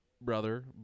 brother